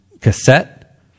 cassette